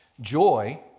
Joy